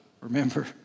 remember